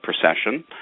procession